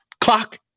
clock